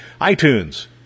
iTunes